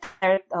third